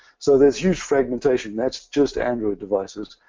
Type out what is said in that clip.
so there's huge fragmentation. that's just android devices.